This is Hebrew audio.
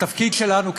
התפקיד שלנו,